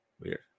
Weird